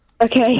Okay